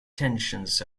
tensions